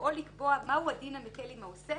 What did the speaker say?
בבואו לקבוע מהו הדין המקל על העושה,